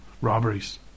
robberies